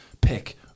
pick